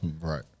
Right